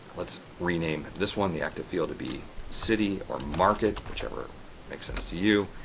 let's rename this one the active field to be city or market whichever makes sense to you.